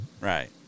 right